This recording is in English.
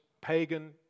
pagan